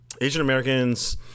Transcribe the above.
Asian-Americans